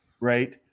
Right